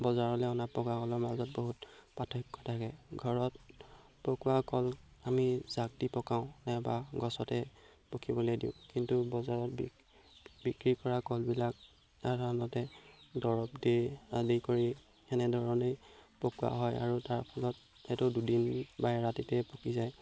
বজাৰলৈ অনা পকা কলৰ মাজত বহুত পাৰ্থক্য থাকে ঘৰত পকোৱা কল আমি জাক দি পকাও নাইবা গছতে পকিবলৈ দিওঁ কিন্তু বজাৰত বিক বিক্ৰী কৰা কলবিলাক সাধাৰণতে দৰৱ দি আদি কৰি সেনেধৰণেই পকোৱা হয় আৰু তাৰ ফলত এইটো দুদিন বা এৰাতিতে পকি যায়